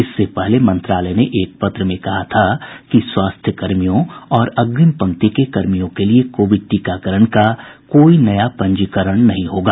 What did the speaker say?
इससे पहले स्वास्थ्य मंत्रालय ने एक पत्र में कहा था कि स्वास्थ्य कर्मियों और अग्रिम पंक्ति के कर्मियों के लिए कोविड टीकाकरण का कोई नया पंजीकरण नहीं होगा